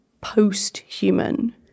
post-human